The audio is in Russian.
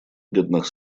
бедных